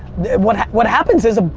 what what happens is,